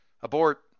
abort